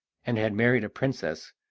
and had married a princess,